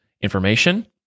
information